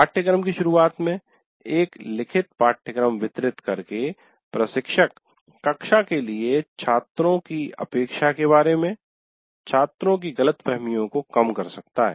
पाठ्यक्रम की शुरुआत में एक लिखित पाठ्यक्रम वितरित करके प्रशिक्षक कक्षा के लिए छात्रों की अपेक्षा के बारे में छात्रों की गलतफहमियों को कम कर सकता है